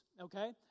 Okay